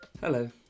Hello